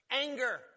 anger